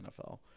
NFL